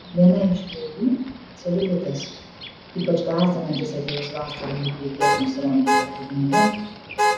viena iš bėdų celiulitas ypač gąsdinantis atėjus vasarai juk reikės nusirengti paplūdimyje